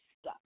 stuck